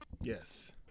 Yes